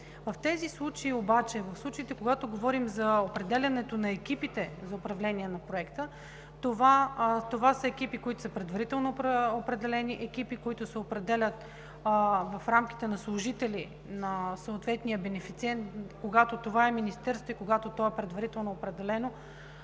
по проекта. В случаите, когато говорим за определяне на екипите за управление на проекта, това са екипи, които са предварително определени, екипи, които се определят в рамките на служители на съответния бенефициент, когато това е министерство и когато то е предварително определено,